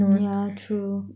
yeah true